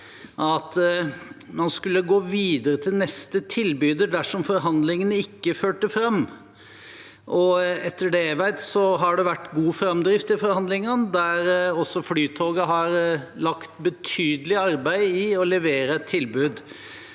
at man skulle gå videre til neste tilbyder dersom forhandlingene ikke førte fram. Etter det jeg vet, har det vært god framdrift i forhandlingene, der også Flytoget har lagt betydelig arbeid i å levere et tilbud.